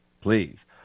please